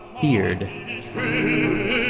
feared